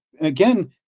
again